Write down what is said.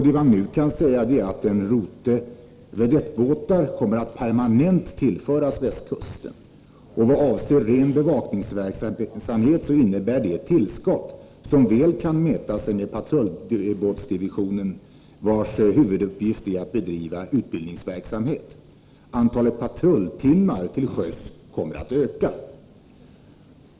Det man nu kan säga är att en permanent rote vedettbåtar kommer att tillföras västkusten. Vad avser ren bevakningsverksamhet innebär detta ett tillskott som väl kan mäta sig med patrullbåtsdivisionen, vars huvuduppgift är att bedriva utbildningsverksamhet. Antalet patrulltimmar till sjöss kommer att öka.